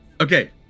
okay